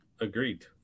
agreed